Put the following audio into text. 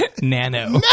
Nano